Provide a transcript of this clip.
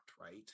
Right